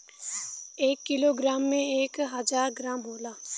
एक kilogram में एक हजार ग्राम होला